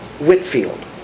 Whitfield